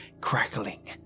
Crackling